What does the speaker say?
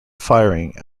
firing